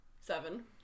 Seven